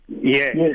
Yes